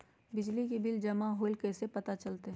बिजली के बिल जमा होईल ई कैसे पता चलतै?